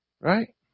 right